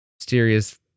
mysterious